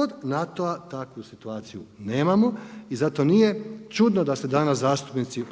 Kod NATO-a takvu situaciju nemamo i zato nije čudno da se danas zastupnici